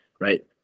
right